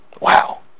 Wow